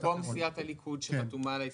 במקום סיעת הליכוד שחתומה על ההסתייגויות.